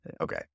Okay